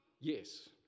Yes